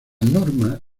norma